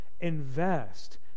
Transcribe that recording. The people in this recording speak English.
Invest